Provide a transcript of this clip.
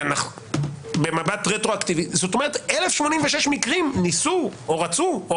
במבט רטרואקטיבי זאת אומרת שב-1,086 מקרים ניסו או רצו,